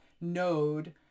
node